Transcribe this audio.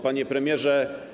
Panie Premierze!